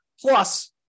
Plus